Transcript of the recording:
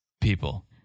people